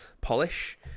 polish